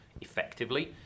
effectively